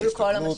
נוצלו כל המשאבים.